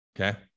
Okay